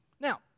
Now